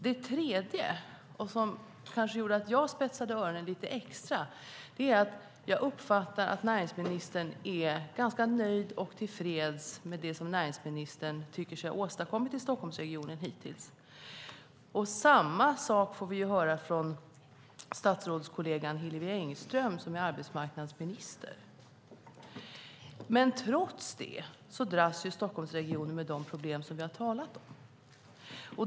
Det tredje, som fick mig att spetsa öronen lite extra, är att jag uppfattar att näringsministern är ganska nöjd och till freds med det som hon tycker sig ha åstadkommit i Stockholmsregionen hittills. Samma sak får vi höra från statsrådskollegan Hillevi Engström, som är arbetsmarknadsminister. Trots det dras Stockholmsregionen med de problem som vi har talat om.